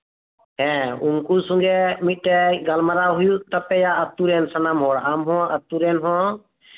ᱦᱮᱸ ᱩᱱᱠᱩ ᱥᱚᱸᱜ ᱮ ᱢᱤᱫᱴᱮᱱ ᱜᱟᱞᱢᱟᱨᱟᱣ ᱦᱩᱭᱩᱜ ᱛᱟᱯᱮᱭᱟ ᱟᱹᱛᱩ ᱨᱮᱱ ᱥᱟᱱᱟᱢ ᱦᱚᱲ ᱟᱢ ᱦᱚᱸ ᱟᱹᱛᱩ ᱨᱮᱱ ᱦᱚᱸ